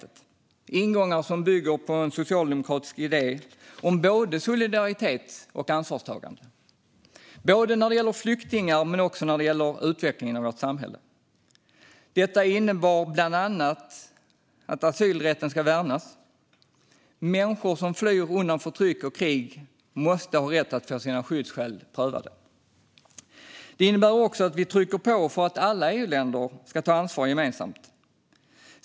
Det var ingångar som bygger på en socialdemokratisk idé om solidaritet och ansvarstagande när det gäller både flyktingar och utvecklingen av vårt samhälle. Detta innebär bland annat att asylrätten ska värnas. Människor som flyr undan förtryck och krig måste ha rätt att få sina skyddsskäl prövade. Det innebär också att vi trycker på för att alla EU-länder ska ta ansvar gemensamt.